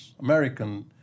American